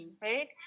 right